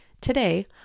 Today